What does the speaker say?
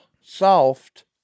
soft